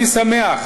אני שמח